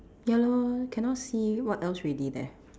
ya lor cannot see what else already leh